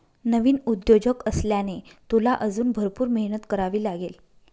नवीन उद्योजक असल्याने, तुला अजून भरपूर मेहनत करावी लागेल